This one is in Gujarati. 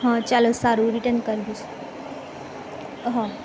હા ચાલો સારું હું રિટન કરી દઇશ હા